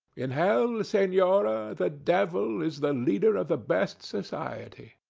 in hell, senora, the devil is the leader of the best society.